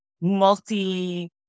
multi